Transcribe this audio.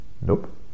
nope